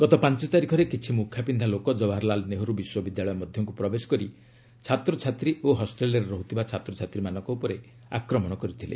ଗତ ପାଞ୍ଚ ତାରିଖରେ କିଛି ମୁଖାପିନ୍ଧା ଲୋକ ଜବାହରଲାଲ ନେହେରୁ ବିଶ୍ୱବିଦ୍ୟାଳୟ ମଧ୍ୟକୁ ପ୍ରବେଶ କରି ଛାତ୍ରଛାତ୍ରୀ ଓ ହଷ୍ଟେଲ୍ରେ ରହୁଥିବା ଛାତ୍ରଛାତ୍ରୀମାନଙ୍କ ଉପରେ ଆକ୍ରମଣ କରିଥିଲେ